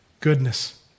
goodness